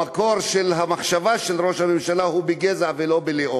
המקור של המחשבה של ראש הממשלה הוא בגזע ולא בלאום.